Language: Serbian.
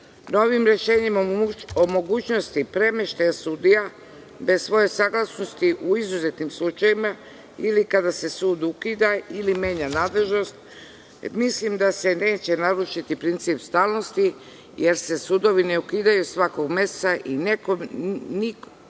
rešenjem o mogućnosti premeštaja sudija bez svoje saglasnosti u izuzetnim slučajevima ili kada se sud ukida ili menja nadležnost, mislim da se neće narušiti princip stalnosti jer se sudovi ne ukidaju svakog meseca i niko neće